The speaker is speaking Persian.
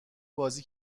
بازی